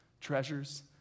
treasures